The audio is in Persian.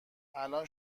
الان